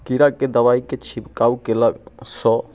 कीड़ाके दबाइके छिड़काव केलासँ